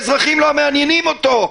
האזרחים לא מעניינים אותו.